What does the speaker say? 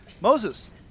Moses